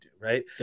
right